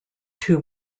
two